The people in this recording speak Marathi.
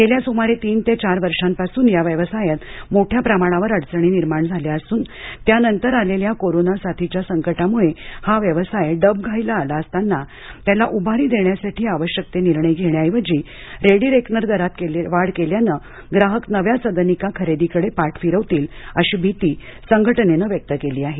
गेल्या सुमारे तीन ते चार वर्षांपासुनच या व्यवसायात मोठ्या प्रमाणावर अडचणी निर्माण झाल्या असुन त्यानंतर आलेल्या कोरोना साथीच्या संकटामुळं तर हा व्यवसाय डबघाईला आला असताना त्याला उभारी देण्यासाठी आवश्यक ते निर्णय घेण्याऐवजी रेडी रेकनर दरात वाढ केल्या मुळ ग्राहक नव्या सदनिका खरेदीकडे पाठ फिरवती अशी भीती संघटनेनं व्यक्त केली आहे